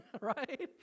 right